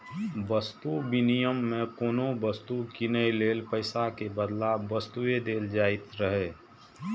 वस्तु विनिमय मे कोनो वस्तु कीनै लेल पैसा के बदला वस्तुए देल जाइत रहै